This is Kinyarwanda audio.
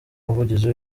umuvugizi